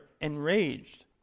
enraged